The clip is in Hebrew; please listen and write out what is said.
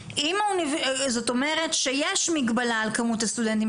זאת אומרת שיש מגבלה על כמות הסטודנטים